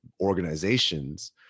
organizations